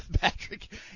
Patrick